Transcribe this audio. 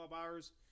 hours